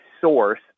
source